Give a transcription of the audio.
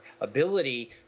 ability